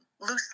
loosely